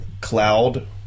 cloud